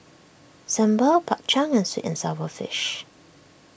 Sambal Bak Chang and Sweet and Sour Fish